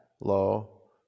low